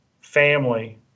family